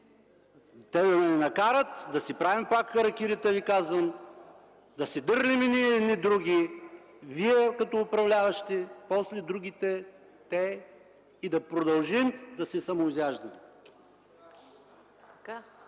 да ни накарат пак да си правим харакири, да се дърляме едни други – Вие като управляващи, после другите и да продължим да се самоизяждаме.